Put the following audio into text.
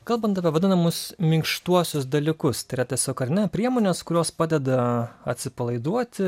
kalbant apie vadinamus minkštuosius dalykus tai yra tiesiog ar ne priemonės kurios padeda atsipalaiduoti